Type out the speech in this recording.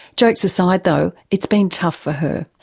jokes aside though, it's been tough for her.